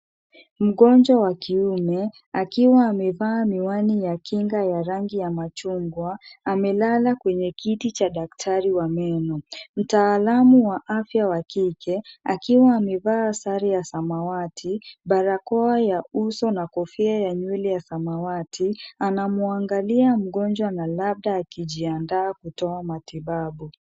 Mgonjwa wa kiume akiwa amevaa miwani ya kinga ya rangi ya machungwa amelala kwenye kiti cha daktari wa meno, mtaalamu wa afya wa kike akiwa amevaa sare ya samawati, barakoa ya uso na kofia ya nywele ya samawati anamwangalia mgonjwa na labda akijiandaa kutoa matibabu.